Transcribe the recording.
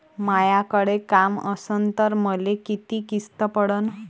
मायाकडे काम असन तर मले किती किस्त पडन?